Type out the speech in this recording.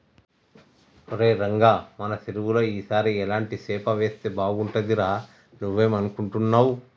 ఒరై రంగ మన సెరువులో ఈ సారి ఎలాంటి సేప వేస్తే బాగుంటుందిరా నువ్వేం అనుకుంటున్నావ్